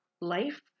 life